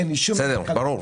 בסדר.